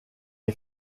est